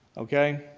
okay?